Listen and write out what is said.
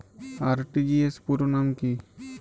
RTGS পুরো নাম কি?